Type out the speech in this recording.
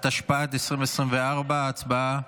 התשפ"ד 2024. הצבעה.